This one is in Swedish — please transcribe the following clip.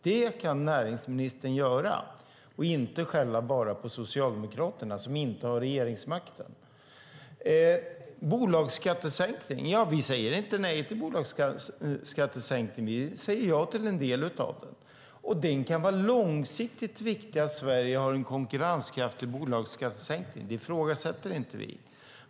Det kan näringsministern ge och inte bara skälla på Socialdemokraterna som inte har regeringsmakten. Vi säger inte nej till bolagsskattesänkningen, utan vi säger ja till en del av den. Det kan vara långsiktigt viktigt att Sverige har en konkurrenskraftig bolagsskattesänkning. Det ifrågasätter vi inte.